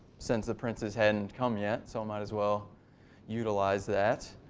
since the princes hadn't come yet, so might as well utilize that.